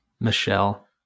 Michelle